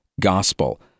gospel